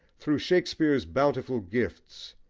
through shakespeare's bountiful gifts,